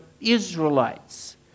Israelites